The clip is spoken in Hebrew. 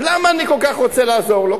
למה אני כל כך רוצה לעזור לו?